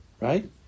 right